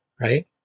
Right